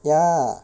ya